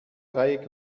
dreieck